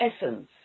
essence